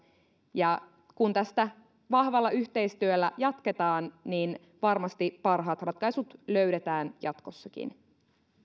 ja kun tästä vahvalla yhteistyöllä jatketaan niin varmasti parhaat ratkaisut löydetään jatkossakin